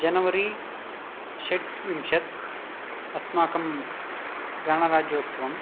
जनवरि षड्विंशत् अस्माकं गणराज्योत्सवम्